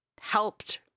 helped